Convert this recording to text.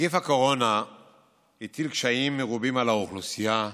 נגיף הקורונה הטיל קשיים רבים על האוכלוסייה כולה,